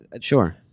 sure